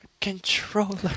controller